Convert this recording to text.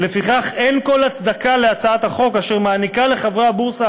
ולפיכך אין כל הצדקה להצעת החוק אשר מעניקה לחברי הבורסה